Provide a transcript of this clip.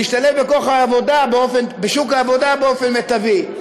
להשתלב בשוק העבודה באופן מיטבי,